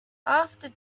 after